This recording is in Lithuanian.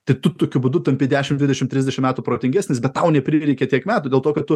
tai tu tokiu būdu tampi dešim dvidešim trisdešim metų protingesnis bet tau neprireikia tiek metų dėl to kad tu